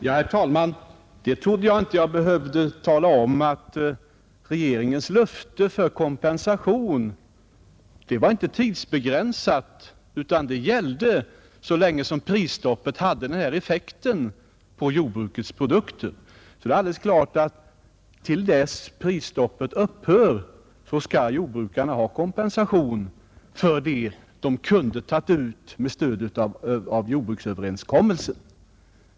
Herr talman! Jag trodde inte att jag skulle behöva tala om, att regeringens löfte om kompensation inte är tidsbegränsat utan gäller så länge prisstoppet har denna effekt på jordbrukets produkter. Det är alldeles klart att till dess att prisstoppet upphör skall jordbrukarna ha kompensation för det som de kunde ha tagit ut med stöd av jordbruksöverenskommelsen.